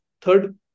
third